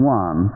one